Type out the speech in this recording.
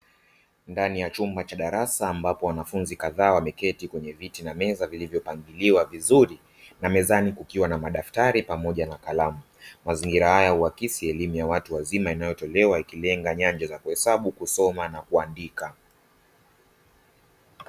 Ndani ya chumba cha darasa ambapo wanafunzi kadhaa wameketi kwenye viti na meza vilivopangiliwa vizuri na mezani kukiwa na madaftari pamoja na kalamu. Mazingira aya uhakisi elimu ya watu wazima inayotolewa ikilenga nyanja za kuhesabu, kusoma na kuandika.